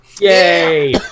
Yay